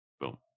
Boom